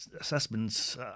assessments